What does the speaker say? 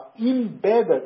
embedded